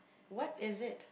what is it